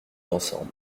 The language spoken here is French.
l’ensemble